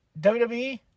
WWE